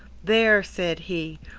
there, said he,